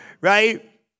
right